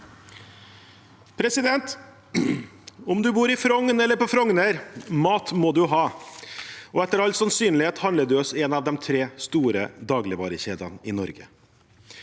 Om man bor i Frogn eller på Frogner: Mat må man ha, og etter all sannsynlighet handler man hos en av de tre store dagligvarekjedene i Norge.